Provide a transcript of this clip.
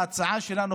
ההצעה שלנו,